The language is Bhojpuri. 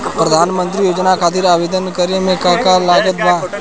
प्रधानमंत्री योजना खातिर आवेदन करे मे का का लागत बा?